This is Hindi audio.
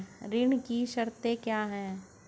ऋण की शर्तें क्या हैं?